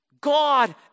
God